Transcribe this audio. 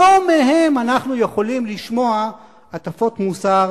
לא מהם אנחנו יכולים לשמוע הטפות מוסר,